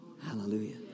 Hallelujah